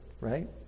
right